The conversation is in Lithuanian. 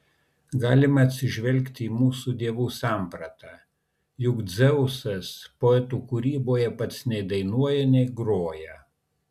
galima atsižvelgti į mūsų dievų sampratą juk dzeusas poetų kūryboje pats nei dainuoja nei groja